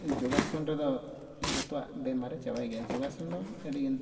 ᱡᱳᱜᱟᱥᱚᱱ ᱨᱮᱫᱚ ᱡᱚᱛᱚᱣᱟᱜ ᱵᱤᱢᱟᱨᱮ ᱪᱟᱵᱟᱭ ᱜᱮᱭᱟ ᱡᱳᱜᱟᱥᱚᱱ ᱫᱚ ᱟᱹᱰᱤ ᱜᱟᱱ